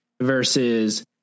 versus